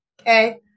Okay